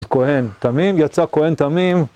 כהן תמים, יצא כהן תמים